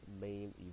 main